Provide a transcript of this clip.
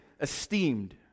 esteemed